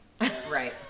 Right